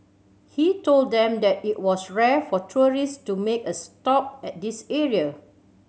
he told them that it was rare for tourist to make a stop at this area